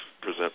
present